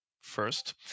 first